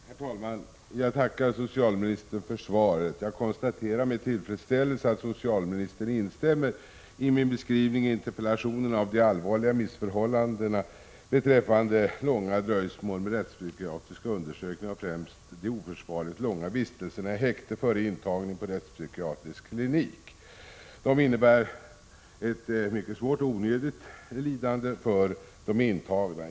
Herr talman! Jag tackar socialministern för svaret. Jag konstaterar med tillfredsställelse att socialministern instämmer i min beskrivning i interpellationen av de allvarliga missförhållandena beträffande långa dröjsmål med rättspsykiatriska undersökningar och främst de oförsvarligt långa vistelserna i häkte före intagning på rättspsykiatrisk klinik. De innebär ett mycket svårt och onödigt lidande för de intagna.